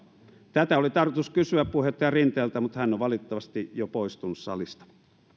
tätä oli tarkoitus kysyä puheenjohtaja rinteeltä mutta hän on valitettavasti jo poistunut salista